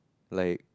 like